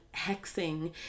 hexing